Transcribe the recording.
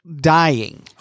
dying